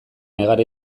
negar